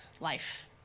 life